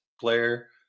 player